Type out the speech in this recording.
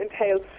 entails